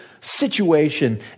situation